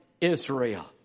Israel